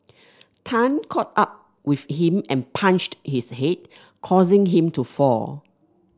Tan caught up with him and punched his head causing him to fall